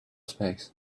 space